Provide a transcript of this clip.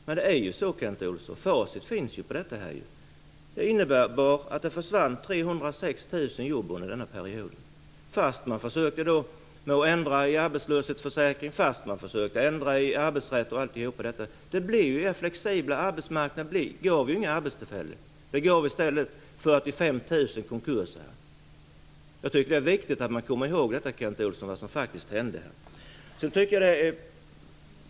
Men det är ju så, Kent Olsson, och facit på detta finns ju, att det innebar att det försvann 306 000 jobb under denna period, fast man försökte att ändra i arbetslöshetsförsäkringen och i arbetsrätten etc. Er flexibla arbetsmarknad gav ju inga arbetstillfällen. Den gav i stället 45 000 konkurser. Jag tycker att det är viktigt, Kent Olsson, att man kommer ihåg vad som faktiskt hände.